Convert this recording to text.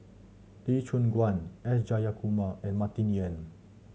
Lee Choon Guan S Jayakumar and Martin Yan